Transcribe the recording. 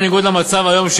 בניגוד למצב היום,